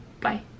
bye